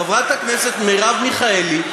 חברת הכנסת מרב מיכאלי,